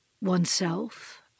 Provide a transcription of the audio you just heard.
oneself